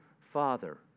Father